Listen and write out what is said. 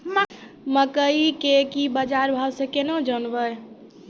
मकई के की बाजार भाव से केना जानवे?